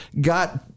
got